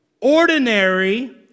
ordinary